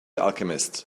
alchemist